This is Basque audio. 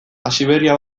hasiberria